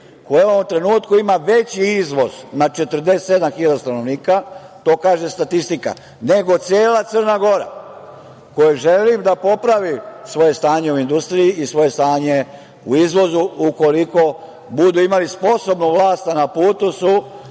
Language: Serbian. koja u ovom trenutku ima veći izvoz na 47.000 stanovnika, to kaže statistika, nego cela Crna Gora kojoj želim da popravi svoje stanje u industriji i svoje stanje u izvozu, ukoliko budu imali sposobnu vlast, a na putu su